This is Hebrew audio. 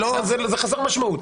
זה חסר משמעות.